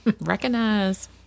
Recognize